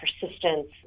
persistence